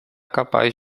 capaz